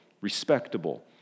respectable